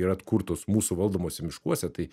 yra atkurtos mūsų valdomuose miškuose tai